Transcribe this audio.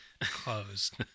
closed